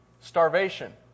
Starvation